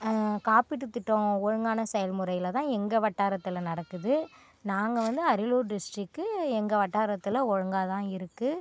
காப்பீட்டு திட்டம் ஒழுங்கான செயல்முறையில் தான் எங்கள் வட்டாரத்தில் நடக்குது நாங்கள் வந்து அரியலூர் டிஸ்ட்ரிக்கு எங்கள் வட்டாரத்தில் ஒழுங்காக தான் இருக்குது